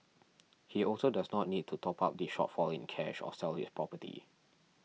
he also does not need to top up the shortfall in cash or sell his property